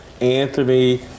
Anthony